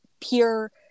pure